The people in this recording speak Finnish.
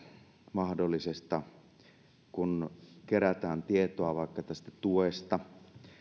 mahdollisesta lisätyömäärästä kun kerätään tietoa vaikka tästä tuesta